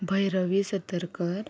Bhairavi Satarkar